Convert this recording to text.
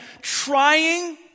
trying